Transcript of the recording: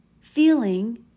feeling